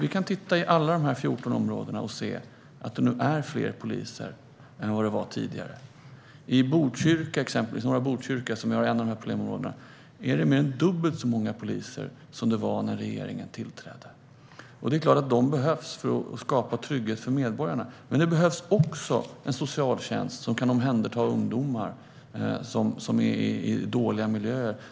Och i alla dessa 14 områden finns nu fler poliser än tidigare. I exempelvis norra Botkyrka, som är ett av problemområdena, finns mer än dubbelt så många poliser som när regeringen tillträdde. Det är klart att de behövs för att skapa trygghet för medborgarna. Men det behövs också en socialtjänst som kan omhänderta ungdomar i dåliga miljöer.